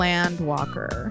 Landwalker